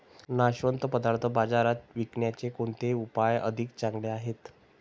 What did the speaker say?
नाशवंत पदार्थ बाजारात विकण्याचे कोणते उपाय अधिक चांगले आहेत?